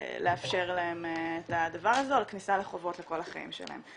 לאפשר להם את הדבר הזה או כניסה לחובות לכל החיים שלהם.